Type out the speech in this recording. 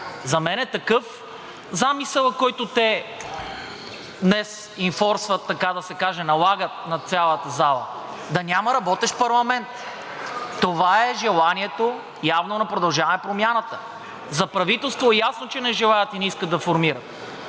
За мен такъв е замисълът, който те днес инфорсват, така да се каже, налагат на цялата зала – да няма работещ парламент. Това е желанието явно на „Продължаваме Промяната“! За правителство е ясно, че не желаят и не искат да формират